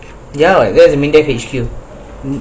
ya there is the MINDEF H_Q